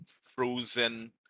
frozen